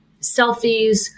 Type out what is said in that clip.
selfies